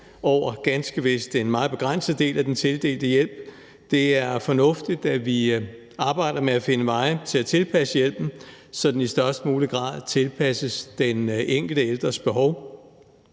over en ganske vist meget begrænset del af den tildelte hjælp. Det er fornuftigt, at vi arbejder med at finde veje til at tilpasse hjælpen, så den i størst mulig grad tilpasses den enkelte ældres behov.